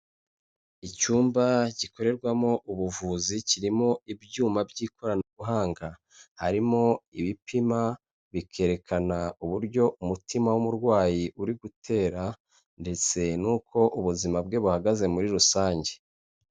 Icyumba gikorerwamo ubuvuzi kirimo ibyuma by'ikoranabuhanga, harimo ibipima bikerekana uburyo umutima w'umurwayi uri gutera ndetse n'uko ubuzima bwe buhagaze muri rusange.